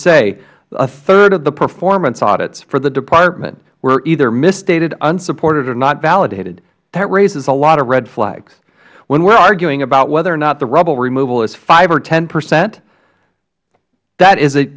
say a third of the performance audits for the department were either misstated unsupported or not validated that raises a lot of red flags when we are arguing about whether or not the rubble removal is five or ten percent that is